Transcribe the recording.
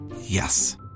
Yes